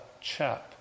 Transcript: chap